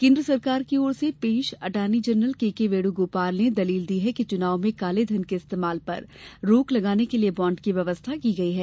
केंद्र सरकार की ओर से पेश attorney general K K Venugopal ने दलील दी कि चुनाव में काले धन के इस्तेमाल पर रोक लगाने के लिए बॉण्ड की व्यवस्था की गयी है